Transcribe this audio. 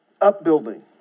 upbuilding